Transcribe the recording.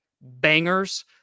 bangers